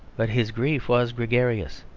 but his grief was gregarious.